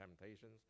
temptations